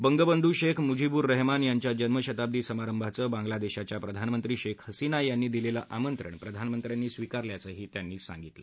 बंग बंधु शेख मुझीबूर रहमान याच्या जन्म शताब्दी समारंभाचं बांगला देशाच्या प्रधानमंत्री शेख हसीना यांनी दिलेलं आमंत्रण प्रधानमंत्र्यांनी स्वीकारल्याचं त्यांनी सांगितलं